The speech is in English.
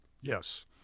Yes